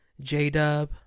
J-Dub